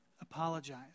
Apologize